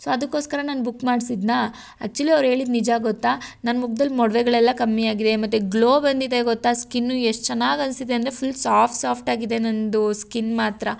so ಅದಕ್ಕೋಸ್ಕರ ನಾನು book ಮಾಡ್ಸಿದ್ನಾ ಆ್ಯಕ್ಚುಲಿ ಅವ್ರು ಹೇಳಿದ್ ನಿಜ ಗೊತ್ತಾ ನನ್ನ ಮುಖದಲ್ಲಿ ಮೊಡವೆಗಳೆಲ್ಲ ಕಮ್ಮಿ ಆಗಿದೆ ಮತ್ತೆ ಗ್ಲೋ ಬಂದಿದೆ ಗೊತ್ತಾ ಸ್ಕಿನ್ನು ಎಷ್ಟು ಅನಿಸ್ತಿದೆ ಅಂದರೆ ಫುಲ್ ಸಾಫ್ಟ್ ಸಾಫ್ಟ್ ಆಗಿದೆ ನನ್ನದು ಸ್ಕಿನ್ ಮಾತ್ರ